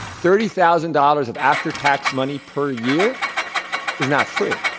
thirty thousand dollars of after tax money per year is not free.